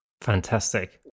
fantastic